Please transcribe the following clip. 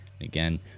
again